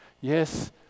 Yes